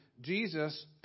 Jesus